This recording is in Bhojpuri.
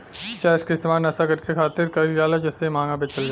चरस के इस्तेमाल नशा करे खातिर कईल जाला जेसे इ महंगा बेचल जाला